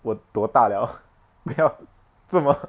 我多大 liao 不要这么